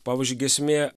pavyzdžiui giesmė